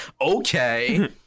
Okay